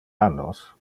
annos